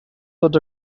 tots